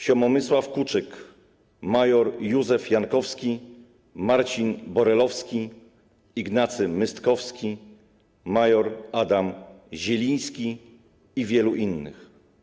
Siemomysł Kuczyk, mjr Józef Jankowski, Marcin Borelowski, Ignacy Mystkowki, mjr Adam Zieliński i wielu innych.